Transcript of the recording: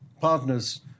partners